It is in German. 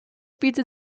bietet